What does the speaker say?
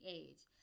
age